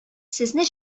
сезне